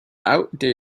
outdated